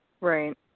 Right